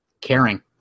caring